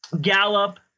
Gallup